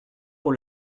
pour